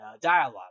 dialogue